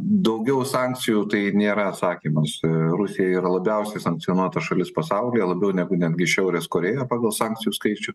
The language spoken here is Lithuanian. daugiau sankcijų tai nėra atsakymas rusija ir labiausiai sankcionuota šalis pasaulyje labiau negu netgi šiaurės korėja pagal sankcijų skaičių